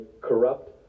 corrupt